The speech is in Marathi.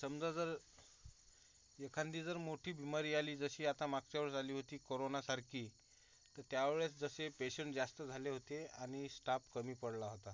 समजा जर येखांदी जर मोठी बीमारी आली जशी आता मागच्या वेळेस आली होती करोनासारकी तं त्यावेळेस जसे पेशंट जास्त झाले होते आनि स्टाप कमी पडला होता